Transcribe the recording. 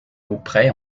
auprès